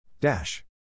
Dash